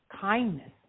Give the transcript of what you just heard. kindness